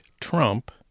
Trump